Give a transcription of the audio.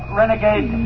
renegade